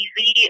easy